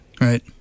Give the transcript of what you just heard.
Right